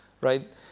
right